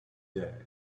day